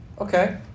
Okay